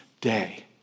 day